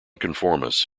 conformists